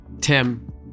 Tim